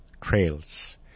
trails